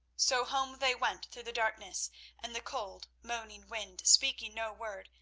so home they went through the darkness and the cold, moaning wind, speaking no word,